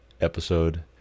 episode